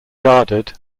guarded